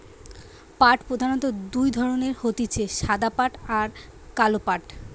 পাট প্রধানত দুই ধরণের হতিছে সাদা পাট আর কালো পাট